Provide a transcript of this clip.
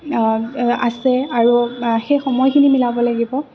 আছে আৰু সেই সময়খিনি মিলাব লাগিব